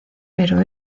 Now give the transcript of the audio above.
pero